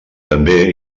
també